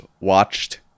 watched